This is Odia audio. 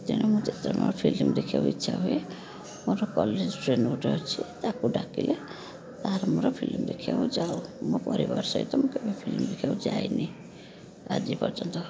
ତେଣୁ ମୁଁ ଯେତେଳେ ମୋର ଫିଲ୍ମ ଦେଖିବାକୁ ଇଚ୍ଛା ହୁଏ ମୋର କଲେଜ ଫ୍ରେଣ୍ଡ ଗୋଟେ ଅଛି ତାକୁ ଡାକିଲେ ତା'ର ମୋର ଫିଲ୍ମ ଦେଖିବାକୁ ଯାଉ ମୋ ପରିବାର ସହିତ ମୁଁ କେବେ ଫିଲ୍ମ ଦେଖିବାକୁ ଯାଇନି ଆଜି ପର୍ଯ୍ୟନ୍ତ